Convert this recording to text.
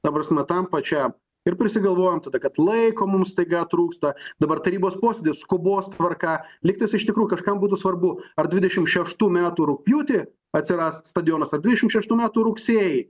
ta prasme tam pačiam ir prisigalvojam tada kad laiko mums staiga trūksta dabar tarybos posėdy skubos tvarka lygtais iš tikrųjų kažkam būtų svarbu ar dvidešimt šeštų metų rugpjūtį atsiras stadionas ar dvidešimt šeštų metų rugsėjį